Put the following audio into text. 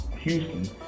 Houston